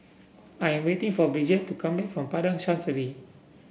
I am waiting for Bridgette to come back from Padang Chancery